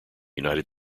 united